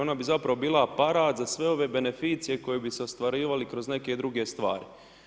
Ona bi zapravo bila aparat za sve ove beneficije koje bi se ostvarivali kroz neke druge stvari.